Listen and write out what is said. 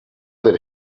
that